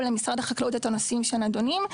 למשרד החקלאות את הנושאים שנדונים,